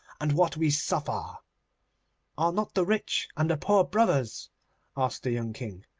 and what we suffer are not the rich and the poor brothers asked the young king.